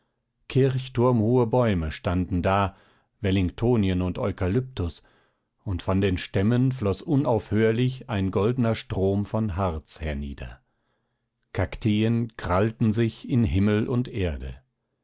kirchturmhohe bäume standen da wellingtonien und eukalyptus und von den stämmen floß unaufhörlich ein goldner strom von harz hernieder kakteen krallten sich in himmel und erde